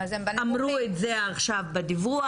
אמרו את זה עכשיו בדיווח,